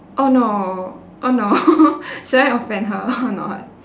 oh no oh no should I offend her or not